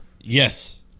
Yes